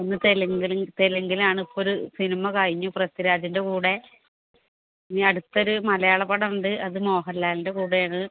ഒന്ന് തെലുങ്കിലും തെലുങ്കിൽ ഇപ്പോൾ ഒരുമ കഴിഞ്ഞു പൃഥ്വിരാജിൻ്റെ കൂടെ ഇനി അടുത്തൊരു മലയാള പടം ഉണ്ട് അത് മോഹൻലാലിൻ്റെ കൂടെയാണ്